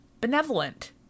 benevolent